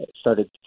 started